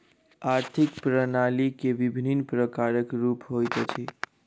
आर्थिक प्रणाली के विभिन्न प्रकारक रूप होइत अछि